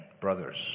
brothers